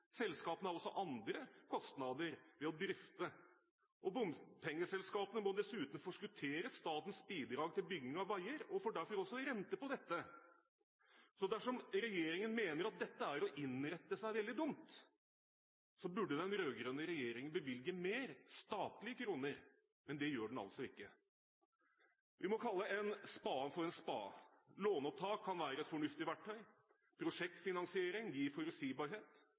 Selskapene har også andre kostnader ved å drifte. Bompengeselskapene må dessuten forskuttere statens bidrag til bygging av veier og får derfor også renter på dette. Så dersom regjeringen mener at dette er å innrette seg veldig dumt, burde den rød-grønne regjeringen bevilge flere statlige kroner, men det gjør den altså ikke. Vi må kalle en spade for en spade. Låneopptak kan være et fornuftig verktøy, prosjektfinansiering gir forutsigbarhet.